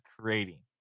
creating